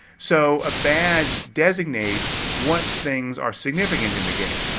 so, a badge designates what things are significant in the game.